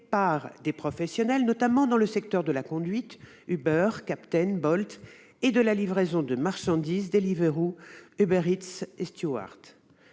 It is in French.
par des professionnels, notamment dans les secteurs de la conduite- Uber, Kapten, Bolt -et de la livraison de marchandises- Deliveroo, Uber Eats, Stuart.